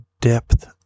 depth